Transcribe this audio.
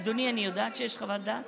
אדוני, אני יודעת שיש חוות דעת